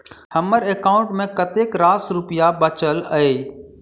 हम्मर एकाउंट मे कतेक रास रुपया बाचल अई?